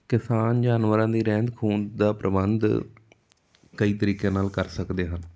ਕਿਸਾਨ ਜਾਨਵਰਾਂ ਦੀ ਰਹਿੰਦ ਖੁੰਹਦ ਦਾ ਪ੍ਰਬੰਧ ਕਈ ਤਰੀਕਿਆਂ ਨਾਲ ਕਰ ਸਕਦੇ ਹਨ